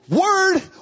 word